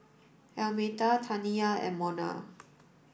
Almeta Taniya and Mona